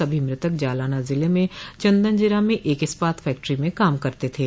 सभी मृतक जालना जिले में चंदनजिरा में एक इस्पात फैक्टरी में काम करते थे